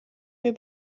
mir